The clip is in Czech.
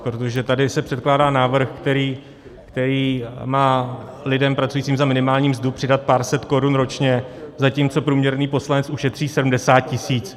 Protože tady se předkládá návrh, který má lidem pracujícím za minimální mzdu přidat pár set korun ročně, zatímco průměrný poslanec ušetří 70 tisíc.